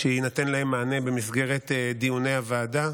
שיינתן להן מענה במסגרת דיוני הוועדה.